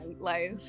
life